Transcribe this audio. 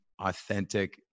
authentic